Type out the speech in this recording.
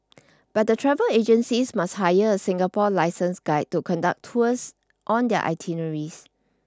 but the travel agencies must hire a Singapore licensed guide to conduct tours on their itineraries